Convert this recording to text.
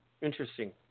Interesting